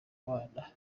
bana